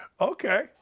okay